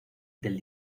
del